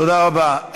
תודה רבה.